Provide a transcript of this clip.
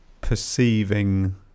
perceiving